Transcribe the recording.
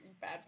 bad